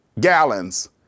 gallons